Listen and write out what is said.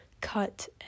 cut